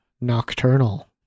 Nocturnal